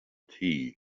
tea